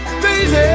crazy